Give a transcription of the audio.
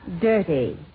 Dirty